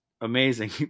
amazing